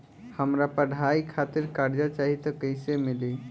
हमरा पढ़ाई खातिर कर्जा चाही त कैसे मिली?